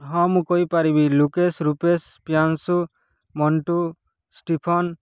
ହଁ ମୁଁ କହିପାରିବି ଲୁକେଶ ରୁପେଶ ପ୍ରିୟାଂଶୁ ମଣ୍ଟୁ ଷ୍ଟିଫନ୍